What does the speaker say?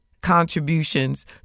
contributions